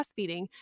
breastfeeding